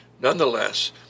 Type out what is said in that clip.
Nonetheless